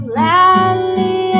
loudly